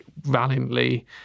valiantly